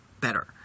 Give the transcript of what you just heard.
better